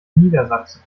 niedersachsen